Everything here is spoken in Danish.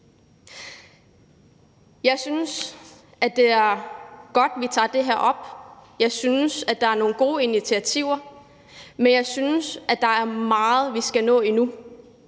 Jeg synes, det er godt, at vi tager det her op. Jeg synes, at der er nogle gode initiativer. Men jeg synes, at der er meget, vi skal nå endnu.